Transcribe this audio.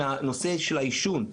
מהנושא של העישון.